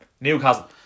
Newcastle